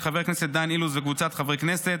של חבר הכנסת דן אילוז וקבוצת חברי הכנסת,